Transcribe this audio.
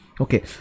okay